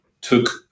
took